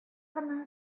кына